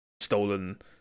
stolen